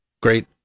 great